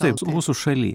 taip mūsų šaly